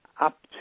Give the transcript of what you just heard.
up